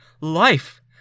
Life